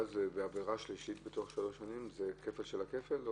עבירה שלישית בתוך שלוש שנים זה כפל של הכפל?